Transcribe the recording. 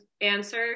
answer